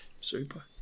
super